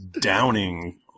downing